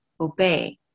obey